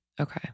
Okay